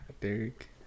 Derek